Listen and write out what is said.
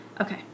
Okay